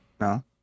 No